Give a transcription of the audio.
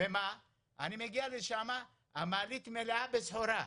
אני מגיע לשם, המעלית מלאה בסחורה,